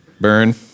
Burn